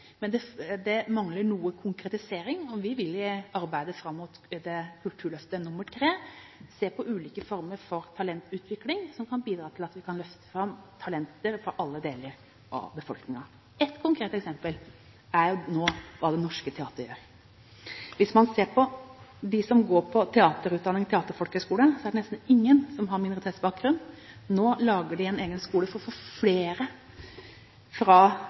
men det mangler noe konkretisering. Vi vil arbeide fram mot Kulturløftet III, se på ulike former for talentutvikling som kan bidra til at vi kan løfte fram talenter fra alle deler av befolkningen. Ett konkret eksempel er hva Det Norske Teatret nå gjør. Hvis man ser på dem som går på teaterutdanning/teaterfolkehøyskole, er det nesten ingen som har minoritetsbakgrunn. Nå lager de en egen skole for å få flere fra våre minoriteter opp på scenen, og det er et veldig godt initiativ som nettopp bidrar til å løfte fram kunstnere fra